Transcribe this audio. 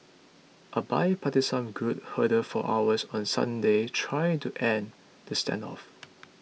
a bipartisan group huddled for hours on Sunday trying to end the stand off